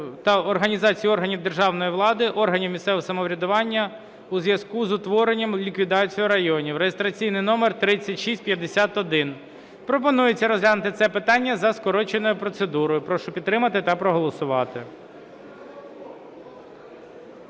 та організації органів державної влади, органів місцевого самоврядування у зв'язку з утворенням (ліквідацією) районів (реєстраційний номер 3651). Пропонується розглянути це питання за скороченою процедурою. Прошу підтримати та проголосувати.